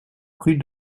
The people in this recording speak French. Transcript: rue